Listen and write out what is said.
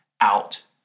out